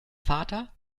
vater